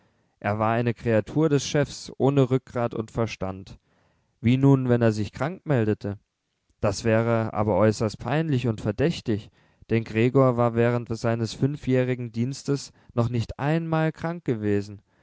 er war eine kreatur des chefs ohne rückgrat und verstand wie nun wenn er sich krank meldete das wäre aber äußerst peinlich und verdächtig denn gregor war während seines fünfjährigen dienstes noch nicht einmal krank gewesen